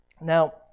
Now